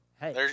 hey